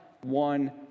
one